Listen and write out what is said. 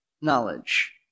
knowledge